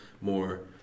more